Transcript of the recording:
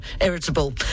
irritable